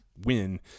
win